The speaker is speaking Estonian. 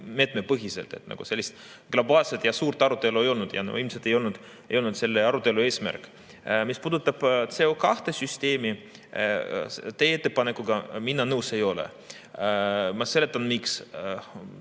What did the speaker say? meetmepõhiselt. Sellist globaalset ja suurt arutelu ei olnud, see ilmselt ei olnud selle arutelu eesmärk. Mis puudutab CO2-süsteemi, siis teie ettepanekuga mina nõus ei ole. Ma seletan, miks.